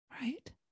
Right